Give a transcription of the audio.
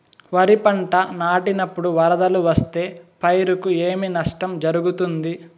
వరిపంట నాటినపుడు వరదలు వస్తే పైరుకు ఏమి నష్టం జరుగుతుంది?